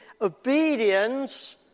obedience